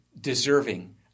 deserving